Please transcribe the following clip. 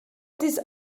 this